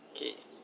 K